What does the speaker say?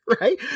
right